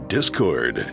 Discord